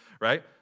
right